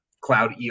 cloud